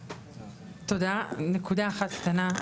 תודה, נקודה אחת קטנה.